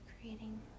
creating